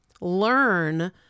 Learn